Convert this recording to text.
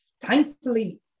Thankfully